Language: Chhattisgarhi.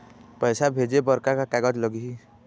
पैसा भेजे बर का का कागज लगही?